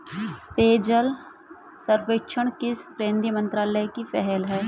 पेयजल सर्वेक्षण किस केंद्रीय मंत्रालय की पहल है?